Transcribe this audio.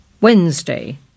wednesday